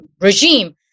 regime